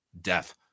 death